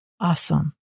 awesome